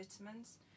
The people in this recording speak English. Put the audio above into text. vitamins